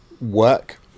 work